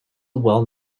well